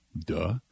Duh